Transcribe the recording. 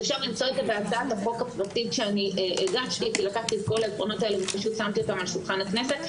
ואפשר למצוא את זה בהצעה לחוק הפרטי שאני הגשתי ושמתי על שולחן הכנסת,